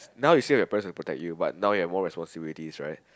now you say your parents you but now you're more responsibilities right